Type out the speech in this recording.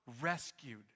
rescued